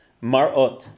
Marot